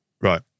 Right